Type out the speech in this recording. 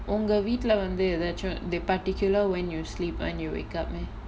உங்க வீட்ல வந்து எதாச்சும்:unga veetla vanthu ethaachum they particular when you sleep when you wake up meh